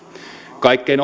kaikkein